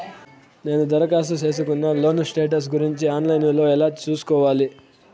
నేను దరఖాస్తు సేసుకున్న లోను స్టేటస్ గురించి ఆన్ లైను లో ఎలా సూసుకోవాలి?